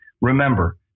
Remember